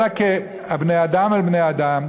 אלא כבני-אדם אל בני-אדם: